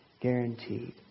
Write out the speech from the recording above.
guaranteed